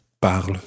parle